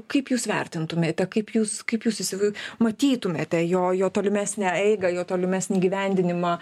kaip jūs vertintumėte kaip jūs kaip jūs įsi matytumėte jo jo tolimesnę eigą jo tolimesnį įgyvendinimą